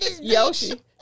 Yoshi